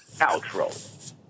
outro